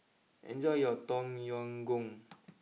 enjoy your Tom Yam Goong